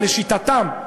לשיטתם,